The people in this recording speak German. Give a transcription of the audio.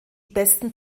besten